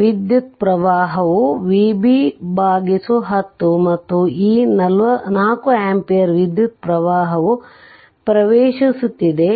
ವಿದ್ಯುತ್ ಪ್ರವಾಹವು Vb10 ಮತ್ತು ಈ 4 ಆಂಪಿಯರ್ ವಿದ್ಯುತ್ ಪ್ರವಾಹವು ಪ್ರವೇಶಿಸುತ್ತಿದೆ